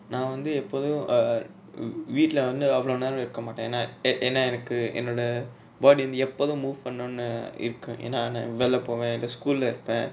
நா வந்து எப்போதோ:na vanthu eppotho err வீட்ல வந்து அவளோ நேரோ இருக்க மாட்ட ஏனா:veetla vanthu avalo nero iruka maata yena eh ஏனா எனக்கு என்னோட:yena enaku ennoda boarding எப்போது:eppothu move பன்னனுனு இருக்கு ஏனா நானு வெளில போவ இல்ல:pannanunu iruku yena naanu velila pova illa school lah இருப்ப:irupa